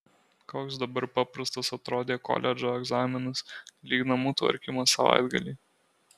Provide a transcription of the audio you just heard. koks dabar paprastas atrodė koledžo egzaminas lyg namų tvarkymas savaitgalį